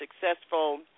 successful